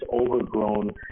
overgrown